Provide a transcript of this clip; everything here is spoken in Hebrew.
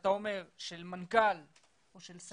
שאתה אומר של מנכ"ל או של שר,